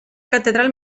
catedral